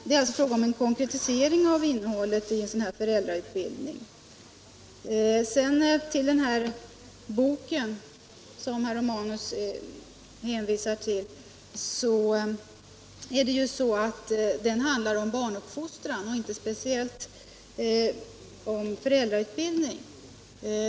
Det är alltså fråga om en konkretisering av innehållet i en sådan här föräldrautbildning. Den bok som herr Romanus hänvisade till handlar om barnuppfostran och inte speciellt om föräldrautbildning.